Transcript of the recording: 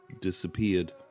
disappeared